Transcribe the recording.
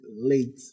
late